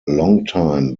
longtime